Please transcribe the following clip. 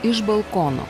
iš balkono